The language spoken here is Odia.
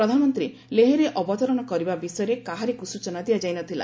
ପ୍ରଧାନମନ୍ତ୍ରୀ ଲେହ୍ରେ ଅବତରଣ କରିବା ବିଷୟରେ କାହାରିକ୍ ସ୍ୱଚନା ଦିଆଯାଇ ନ ଥିଲା